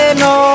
no